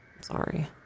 Sorry